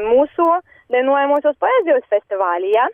mūsų dainuojamosios poezijos festivalyje